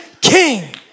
king